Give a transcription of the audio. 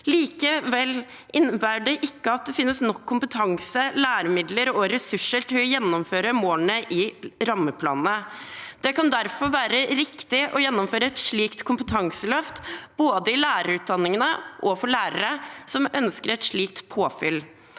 Likevel innebærer ikke det at det finnes nok kompetanse, læremidler og ressurser til å gjennomføre målene i rammeplanene. Det kan derfor være riktig å gjennomføre et slikt kompetanseløft både i lærerutdanningene og for lærere som ønsker et slikt påfyll.